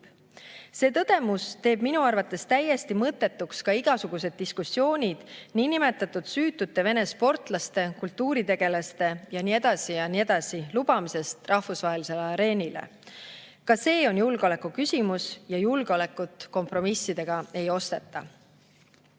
See tõdemus teeb minu arvates täiesti mõttetuks ka igasugused diskussioonid niinimetatud süütute Vene sportlaste, kultuuritegelaste ja nii edasi ja nii edasi lubamisest rahvusvahelisele areenile. Ka see on julgeoleku küsimus ja julgeolekut kompromissidega ei osteta.